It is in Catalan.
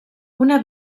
una